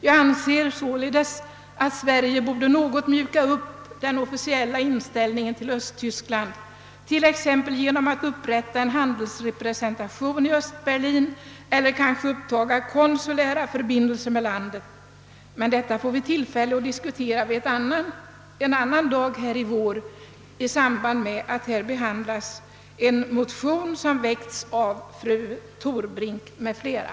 Jag anser således att Sverige något borde mjuka upp den officiella inställningen till Östtyskland, t.ex. genom att upprätta en handelsrepresentation i Östberlin eller kanske uppta konsulära förbindelser med landet. Men detta får vi tillfälle att diskutera en annan dag här i vår — 1 samband med behandlingen av en motion som väckts av fru Torbrink m.fl.